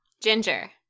ginger